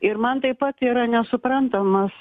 ir man taip pat yra nesuprantamas